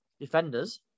defenders